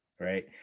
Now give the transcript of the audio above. right